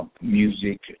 Music